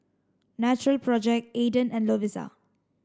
natural project Aden and Lovisa